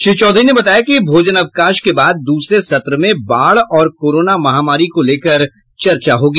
श्री चौधरी ने बताया कि भोजनावकाश के बाद दूसरे सत्र में बाढ़ और कोरोना महामारी को लेकर चर्चा होगी